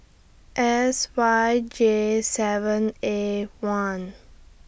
S Y J seven A one